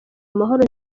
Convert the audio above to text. amahoro